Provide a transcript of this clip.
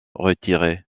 retirés